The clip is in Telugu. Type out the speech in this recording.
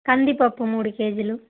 కందిపప్పు మూడు కేజీలు